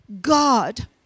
God